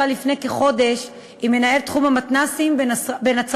לפני כחודש עם מנהל תחום המתנ"סים בנצרת-עילית,